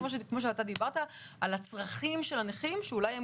כמו שאתה דיברת על הצרכים של הנכים שאולי הם